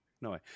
No